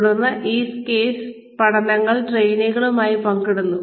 തുടർന്ന് ഈ കേസ് പഠനങ്ങൾ ട്രെയിനികളുമായി പങ്കിടുന്നു